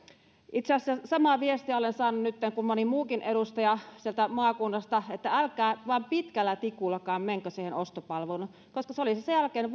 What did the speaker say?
itse asiassa samaa viestiä olen saanut nytten kuin moni muukin edustaja sieltä maakunnista että älkää nyt vain pitkällä tikullakaan menkö siihen ostopalveluun koska se olisi sen jälkeen